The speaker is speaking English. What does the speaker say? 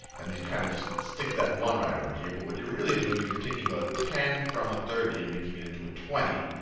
and you'd kind of just stick that one right over here. but what you're really doing is you're taking a ten from a thirty and making it into a twenty,